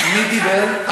מי דיבר?